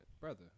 brother